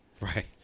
Right